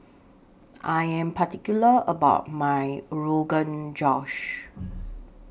I Am particular about My Rogan Josh